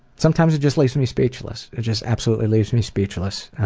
sometimes it just leaves me speechless. it just absolutely leaves me speechless,